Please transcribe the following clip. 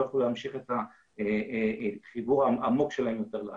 יוכלו להמשיך את החיבור העמוק שלהם לארץ.